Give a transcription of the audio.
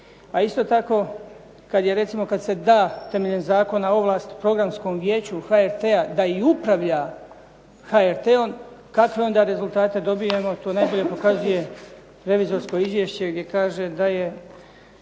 A isto tako kada se recimo da temeljem zakona ovlast Programskom vijeću HRT-a da i upravlja HRT-om kakve rezultate dobivamo. To najbolje pokazuje revizorsko izvješće gdje kaže da je